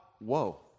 whoa